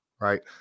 Right